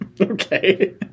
Okay